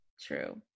true